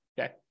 Okay